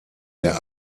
der